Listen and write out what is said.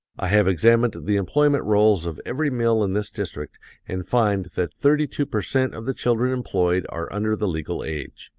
i have examined the employment rolls of every mill in this district and find that thirty-two per cent of the children employed are under the legal age.